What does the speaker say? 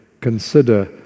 consider